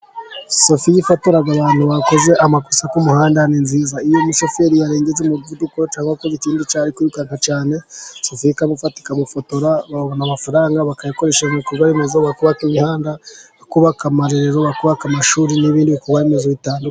Sofiya ifotora abantu bakoze amakosa ku muhanda ni nziza. Iyo umushoferi arengeje umuvuduko cyangwa akoze ikindi cyaha ari kwirukanka cyane, sofiya ikamuta ikamufotora, babona amafaranga bakayakoresha mu bikorwaremezo bakubaka imihanda, bakubaka amarerero, bakubaka amashuri, n'ibindi bikorwaremezo bitandukanye.